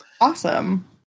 Awesome